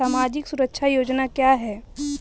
सामाजिक सुरक्षा योजना क्या है?